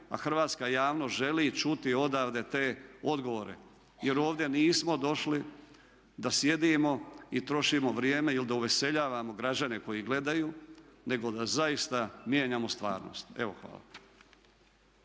a hrvatska javnost želi čuti odavde te odgovore. Jer ovdje nismo došli da sjedimo i trošimo vrijeme ili da uveseljavamo građane koji gledaju, nego da zaista mijenjamo stvarnost. Evo hvala.